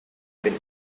been